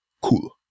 Cool